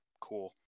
cool